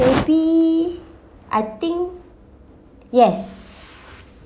maybe I think yes